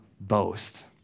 boast